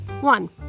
One